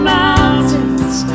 mountains